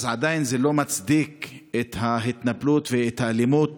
אז עדיין זה לא מצדיק את ההתנפלות ואת האלימות